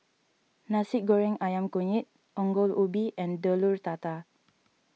Nasi Goreng Ayam Kunyit Ongol Ubi and Telur Dadah